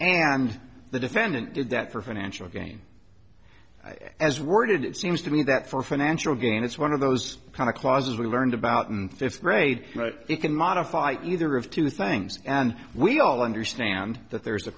and the defendant did that for financial gain i as worded it seems to me that for financial gain it's one of those kind of clauses we learned about in fifth grade but it can modify either of two things and we all understand that there's a